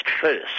first